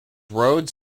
roads